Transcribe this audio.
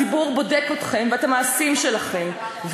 הציבור בודק אתכם ואת המעשים שלכם,